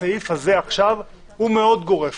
הסעיף הזה עכשיו הוא מאוד גורף.